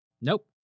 Nope